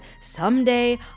someday